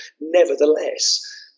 Nevertheless